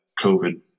COVID